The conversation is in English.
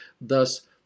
Thus